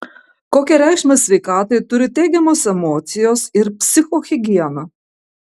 kokią reikšmę sveikatai turi teigiamos emocijos ir psichohigiena